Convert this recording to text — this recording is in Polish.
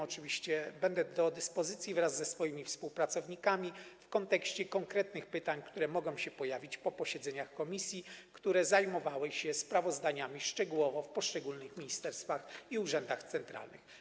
Oczywiście będę do dyspozycji wraz ze swoimi współpracownikami w kontekście konkretnych pytań, które mogą się pojawić po posiedzeniach komisji, które zajmowały się szczegółowo sprawozdaniami w poszczególnych ministerstwach i urzędach centralnych.